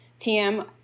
TM